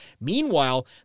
Meanwhile